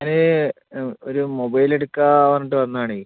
ഞാനേ ഒരു മൊബൈൽ ഏടുക്കാൻ പറഞ്ഞിട്ട് വന്നതാണേ